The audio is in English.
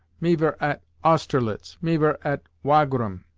me vere at austerlitz, me vere at wagram.